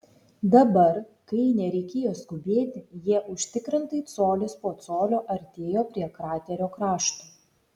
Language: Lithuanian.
dabar kai nereikėjo skubėti jie užtikrintai colis po colio artėjo prie kraterio krašto